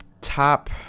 top